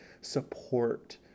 support